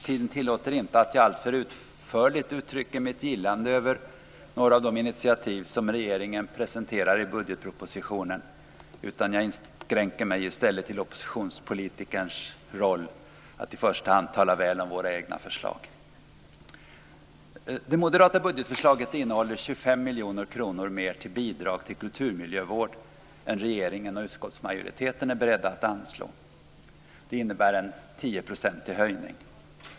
Tiden tillåter inte att jag alltför utförligt uttrycker mitt gillande för några av de initiativ som regeringen presenterar i budgetpropositionen, utan jag inskränker mig till oppositionspolitikerns roll att i första hand tala väl om våra egna förslag. Det moderata budgetförslaget innehåller 25 miljoner kronor mer i bidrag till kulturmiljövård än regeringen och utskottsmajoriteten är beredd att anslå. Det innebär en 10-procentig höjning.